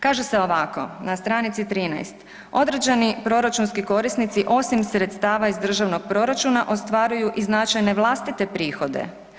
Kaže se ovako na str. 13, određeni proračunski korisnici osim sredstava iz državnog proračuna ostvaruju i značajne vlastite prihode.